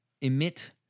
emit